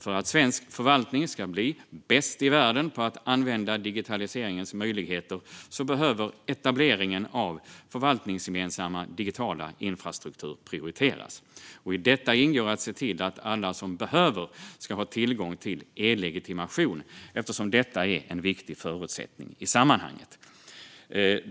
För att svensk förvaltning ska bli bäst i världen på att använda digitaliseringens möjligheter behöver etableringen av den förvaltningsgemensamma digitala infrastrukturen prioriteras. I detta ingår att se till att alla som behöver har tillgång till e-legitimation, eftersom detta är en viktig förutsättning i sammanhanget.